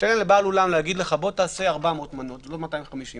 לבעל אולם להגיד לך בוא תזמין 400 מנות ולא 250,